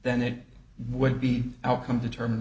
then it would be outcome determin